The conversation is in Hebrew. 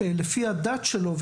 לפי הדת שלו.